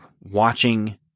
watching